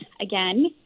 again